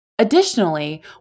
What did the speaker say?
Additionally